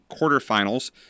quarterfinals